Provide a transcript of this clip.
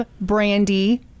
Brandy